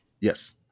Yes